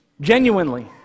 Genuinely